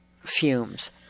fumes